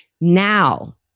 Now